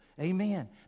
Amen